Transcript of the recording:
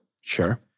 Sure